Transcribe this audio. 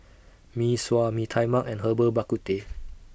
Mee Sua Mee Tai Mak and Herbal Bak Ku Teh